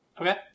Okay